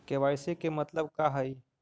KYC के मतलब का हई?